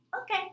Okay